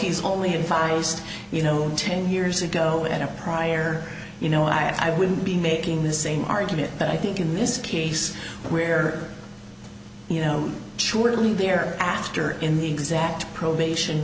he's only advised you know ten years ago we had a prior you know i wouldn't be making the same argument but i think in this case where you know surely they're after in the exact probation